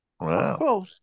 Wow